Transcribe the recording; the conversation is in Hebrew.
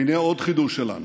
והינה עוד חידוש שלנו: